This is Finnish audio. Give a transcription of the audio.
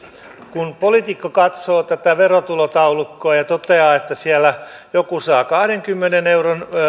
kun poliitikko katsoo tätä verotulotaulukkoa ja toteaa että siellä joku saa kahdenkymmenen euron